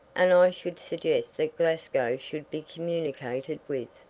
and i should suggest that glasgow should be communicated with.